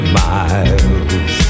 miles